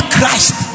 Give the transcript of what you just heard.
Christ